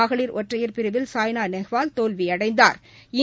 மகளிர் ஒற்றையர் பிரிவில் சாய்னா நேவால் தோல்வியடைந்தாா்